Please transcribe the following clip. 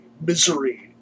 misery